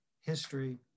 history